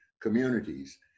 communities